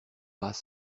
pas